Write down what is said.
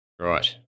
Right